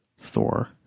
Thor